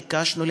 ביקשנו,